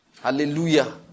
Hallelujah